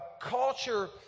culture